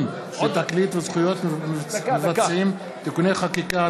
בתקליט וזכויות מבצעים (תיקוני חקיקה),